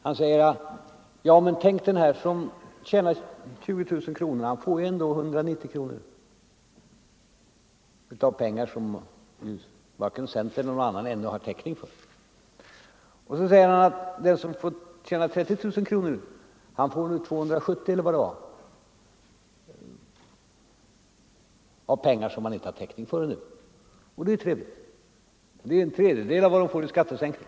Han säger att denna avdragsrätt ger den som tjänar 20 000 kronor om året 190 kronor — pengar som varken centerpartiet eller någon annan har angivit någon täckning för. Den som tjänar 30 000 kronor får 270 kronor, och det utgör en tredjedel av vad han får i skattesänkning.